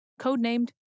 codenamed